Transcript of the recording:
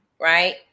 right